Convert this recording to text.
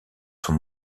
son